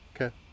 Okay